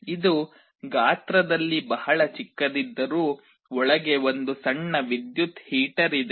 ಇದು ಗಾತ್ರದಲ್ಲಿ ಬಹಳ ಚಿಕ್ಕದಾಗಿದ್ದರೂ ಒಳಗೆ ಒಂದು ಸಣ್ಣ ವಿದ್ಯುತ್ ಹೀಟರ್ ಇದೆ